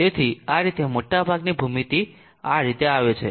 તેથી આ રીતે મોટા ભાગની ભૂમિતિ આ રીતે આવે છે